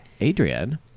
Adrian